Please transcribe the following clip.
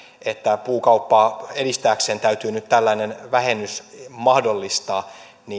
että puukauppaa edistääkseen täytyy nyt tällainen vähennys mahdollistaa